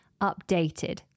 updated